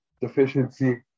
deficiency